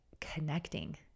connecting